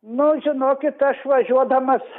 nu žinokit aš važiuodamas